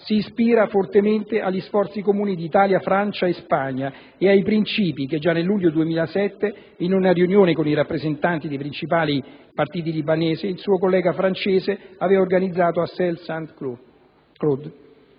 si ispira fortemente agli sforzi comuni di Italia, Francia e Spagna ed ai princìpi che già nel luglio 2007, in una riunione con i rappresentanti dei principali partiti libanesi, il suo collega francese aveva organizzato a Celle-Saint-Cloud.